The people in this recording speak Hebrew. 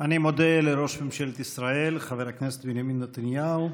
אני מודה לראש ממשלת ישראל חבר הכנסת בנימין נתניהו,